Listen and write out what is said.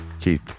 keith